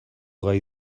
gai